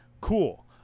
Cool